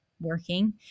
working